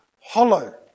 hollow